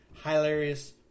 Hilarious